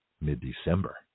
mid-December